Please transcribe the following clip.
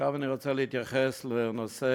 עכשיו אני רוצה להתייחס לנושא